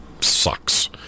sucks